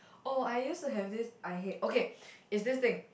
oh I used to have this I hate okay is this thing